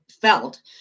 felt